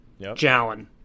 Jalen